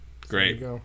Great